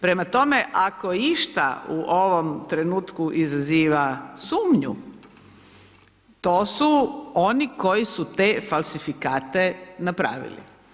Prema tome, ako išta u ovom trenutku izaziva sumnju, to su oni koji su te falsifikate napravili.